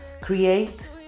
create